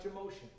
emotion